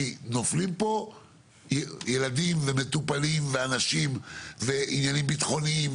כי נופלים פה ילדים ומטופלים ואנשים ועניינים ביטחוניים,